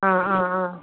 ആ ആ ആ